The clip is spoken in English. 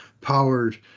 powered